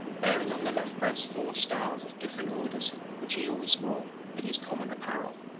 bearing on the left breast four stars of different orders which he always wore with his common apparel.